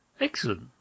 Excellent